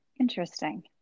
Interesting